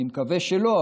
אני מקווה שלא,